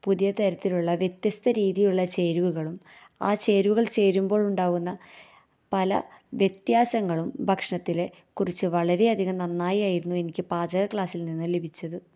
പുതിയ തരത്തിലുള്ള വ്യത്യസ്ത രീതീയൊള്ള ചേരുവകളും ആ ചേരുവകള് ചേരുമ്പോഴുണ്ടാവുന്ന പല വ്യത്യാസങ്ങളും ഭക്ഷണത്തിലെ കുറിച്ച് വളരെയധികം നന്നായിയായിരുന്നു എനിക്ക് പാചക ക്ലാസില് നിന്ന് ലഭിച്ചത്